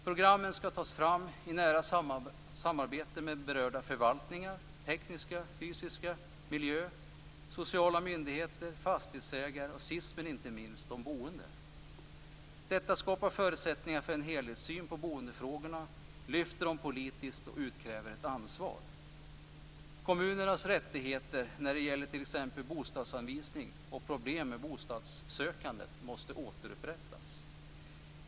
Programmen skall tas fram i nära samarbete med berörda förvaltningar - tekniska-, fysiskaoch miljöförvaltningar - sociala myndigheter, fastighetsägare och sist men inte minst de boende. Detta skapar förutsättningar för en helhetssyn på boendefrågorna, lyfter dem politiskt och utkräver ett ansvar. Kommunernas rättigheter när det gäller t.ex. bostadsanvisning och problem med bostadssökandet måste återupprättas.